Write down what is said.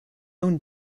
own